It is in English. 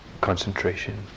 concentration